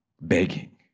Begging